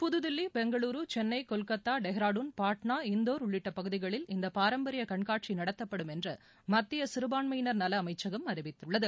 புதுதில்லி பெங்களுரு சென்னை கொல்கத்தா டேராடூன் பாட்னா இந்தூர் உள்ளிட்ட பகுதிகளில் இந்தப் பாரம்பரிய கண்காட்சி நடத்தப்படும் என்று மத்திய சிறுபான்மையினர் நல அமைச்சகம் அறிவித்துள்ளது